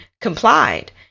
complied